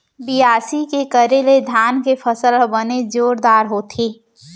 बियासी के करे ले धान के फसल ह बने जोरदार होथे